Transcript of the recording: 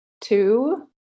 two